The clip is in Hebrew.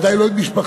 בוודאי לא את משפחתו,